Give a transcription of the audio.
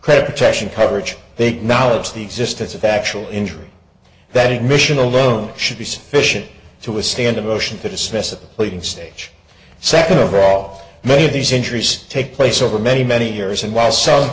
credit protection coverage they can balance the existence of factual injury that ignition alone should be sufficient to withstand a motion to dismiss a pleading stage second of all many of these injuries take place over many many years and while